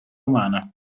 umana